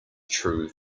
true